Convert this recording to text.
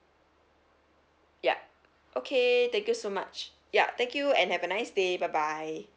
yup okay thank you so much yup thank you and have a nice day bye bye